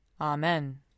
Amen